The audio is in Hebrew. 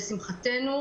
לשמחתנו,